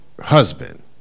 husband